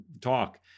talk